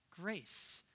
grace